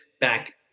back